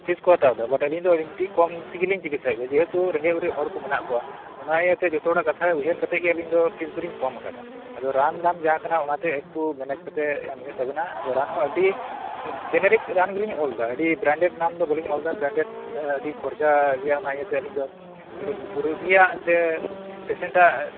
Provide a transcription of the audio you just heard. fees ᱠᱚ ᱦᱟᱛᱟᱣ ᱮᱫᱟ ᱵᱟᱴ ᱟᱞᱤᱧ ᱫᱚ ᱠᱚᱢ ᱛᱮᱜᱮ ᱞᱤᱧ ᱪᱤᱠᱤᱛᱥᱟᱭᱮᱫ ᱠᱚᱣᱟ ᱡᱮᱦᱮᱛᱩ ᱨᱮᱸᱜᱮᱡ ᱚᱨᱮᱡ ᱦᱚᱲ ᱠᱚ ᱢᱮᱱᱟᱜ ᱠᱚᱣᱟ ᱚᱱᱟ ᱤᱭᱟᱹᱛᱮ ᱡᱷᱚᱛᱚ ᱦᱚᱲᱟᱜ ᱠᱟᱛᱷᱟ ᱩᱭᱦᱟᱹᱨ ᱠᱟᱛᱮ ᱜᱮ ᱟᱹᱞᱤᱧ ᱫᱚ ᱯᱷᱤᱡᱽ ᱫᱚᱞᱤᱧ ᱠᱚᱢ ᱟᱠᱟᱫᱟ ᱟᱫᱚ ᱨᱟᱱ ᱫᱟᱢ ᱡᱟᱦᱟᱸ ᱠᱟᱱᱟ ᱚᱱᱟᱛᱮᱛ ᱮᱠᱴᱩ ᱢᱮᱱᱮᱡᱽ ᱠᱟᱛᱮ ᱮᱢ ᱦᱳᱭᱳᱜ ᱛᱟᱵᱤᱱᱟ ᱚᱱᱟᱦᱚᱸ ᱟᱹᱰᱤ ᱡᱮᱱᱮᱨᱤᱠ ᱨᱟᱱ ᱜᱮᱞᱤᱧ ᱚᱞ ᱮᱫᱟ ᱟᱹᱰᱤ ᱵᱨᱮᱱᱰᱮᱰ ᱨᱟᱱ ᱫᱚ ᱵᱟᱞᱤᱧ ᱚᱞ ᱮᱫᱟ ᱵᱨᱮᱱᱰᱮᱰ ᱨᱟᱱ ᱫᱮ ᱟᱹᱰᱤ ᱠᱷᱚᱨᱪᱟ ᱜᱮᱭᱟ ᱚᱱᱟ ᱤᱭᱟᱹᱛᱮ ᱨᱳᱜᱤᱭᱟᱜ ᱥᱮ ᱯᱮᱥᱮᱱᱴ ᱟᱜ ᱡᱟᱛᱮ